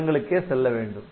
இடங்களுக்கே செல்ல வேண்டும்